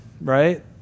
right